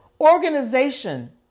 organization